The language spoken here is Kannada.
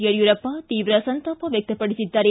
ಯಡಿಯೂರಪ್ಪ ತೀವ್ರ ಸಂತಾಪ ವ್ಯಕ್ತಪಡಿಸಿದ್ದಾರೆ